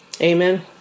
Amen